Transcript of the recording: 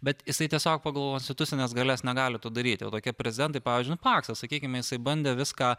bet jisai tiesiog pagal institucines galias negali to daryti va tokie prezidentai pavyzdžiui nu paksas sakykime jisai bandė viską